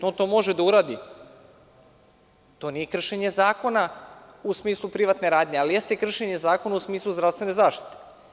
On to može da uradi, to nije kršenje zakona u smislu privatne radnje, ali jeste kršenje zakona u smislu zdravstvene zaštite.